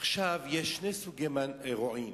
יש שני סוגים של רועים.